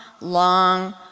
long